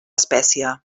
espècie